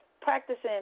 practicing